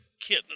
kid